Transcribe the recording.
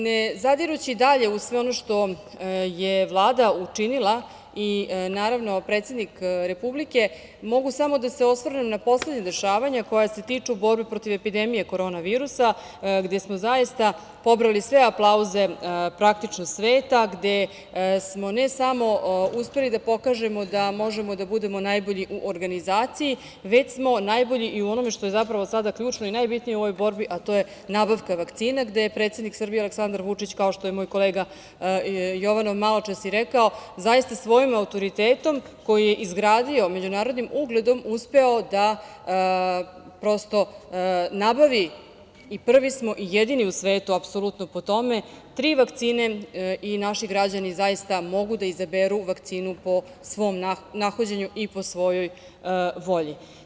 Ne zadirući dalje u sve ono što je Vlada učinila i predsednik Republike mogu samo da se osvrnem na poslednja dešavanja koja se tiču borbe protiv epidemije korona virusa gde smo zaista pobrojali sve aplauze praktično sveta, gde smo ne samo uspeli da pokažemo da možemo da budemo najbolji u organizaciji, već smo najbolji i u onome što je zapravo sada ključno i najbitnije u ovoj borbi a to je nabavka vakcina, gde je predsednik Srbije Aleksandar Vučić, kao što je moj kolega Jovanov maločas i rekao, zaista svojim autoritetom koji je izgradio međunarodnim ugledom uspeo da prosto nabavi, i prvi smo i jedini u svetu apsolutno po tome, tri vakcine i naši građani zaista mogu da izaberu vakcinu po svom nahođenju i po svojoj volji.